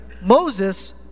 Moses